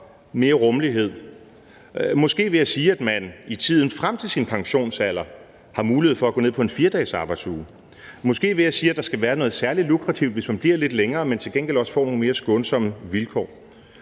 mere rummelighed, måske ved at sige, at man i tiden frem til sin pensionsalder har mulighed for at gå ned på en 4-dagesarbejdsuge, måske ved at sige, at der skal være noget særlig lukrativt, hvis man bliver lidt længere, men at man til gengæld også får nogle mere skånsomme vilkår.